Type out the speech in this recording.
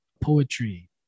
poetry